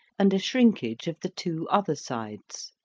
and a shrinkage of the two other sides.